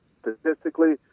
statistically